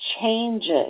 changes